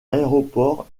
aéroport